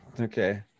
Okay